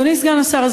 אדוני סגן השר,